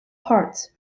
parts